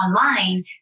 online